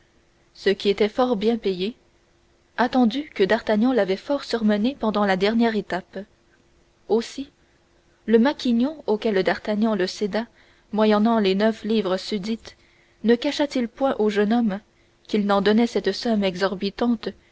ce qui était fort bien payé attendu que d'artagnan l'avait fort surmené pendant la dernière étape aussi le maquignon auquel d'artagnan le céda moyennant les neuf livres susdites ne cacha t il point au jeune homme qu'il n'en donnait cette somme exorbitante